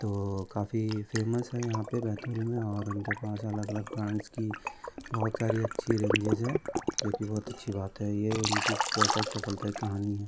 तो काफ़ी फेमस है यहाँ पर बैतूल में और उनके पास अलग अलग ब्रांड्स की बहुत सारी अच्छी रेंजेस है जो कि बहुत अच्छी बात है ये उनकी व्यवसायिक सफलता की कहानी है